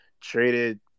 Traded